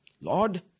Lord